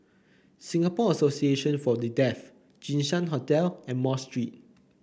Singapore Association For The Deaf Jinshan Hotel and Mosque Street